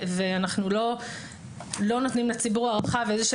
ואנחנו לא נותנים לציבור הרחב איזושהי